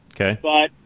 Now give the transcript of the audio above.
Okay